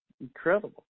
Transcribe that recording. Incredible